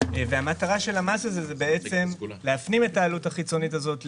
המטרה של המס הזה היא להפנים את העלות החיצונית הזאת,